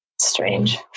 Strange